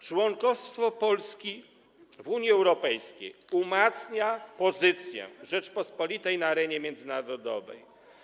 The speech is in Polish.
Członkostwo Polski w Unii Europejskiej umacnia pozycję Rzeczypospolitej na arenie międzynarodowej.